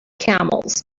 camels